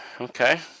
Okay